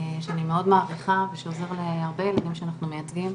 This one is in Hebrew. שאני מאוד מעריכה ושהוא עוזר להרבה ילדים שאנחנו מייצגים,